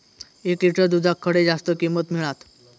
एक लिटर दूधाक खडे जास्त किंमत मिळात?